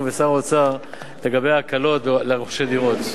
ושר האוצר לגבי ההקלות לרוכשי דירות.